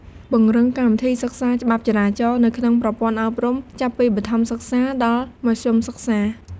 ពង្រឹងកម្មវិធីសិក្សាច្បាប់ចរាចរណ៍ នៅក្នុងប្រព័ន្ធអប់រំ ចាប់ពីបឋមសិក្សាដល់មធ្យមសិក្សា។